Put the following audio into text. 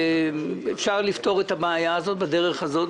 שאפשר לפתור את הבעיה בדרך הזאת,